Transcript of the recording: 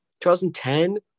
2010